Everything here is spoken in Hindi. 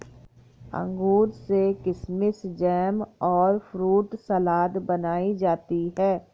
अंगूर से किशमिस जैम और फ्रूट सलाद बनाई जाती है